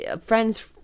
friends